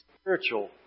spiritual